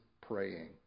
praying